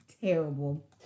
terrible